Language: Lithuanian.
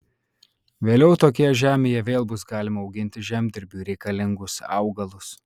vėliau tokioje žemėje vėl bus galima auginti žemdirbiui reikalingus augalus